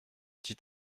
dit